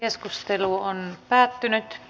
keskustelu päättyi